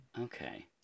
okay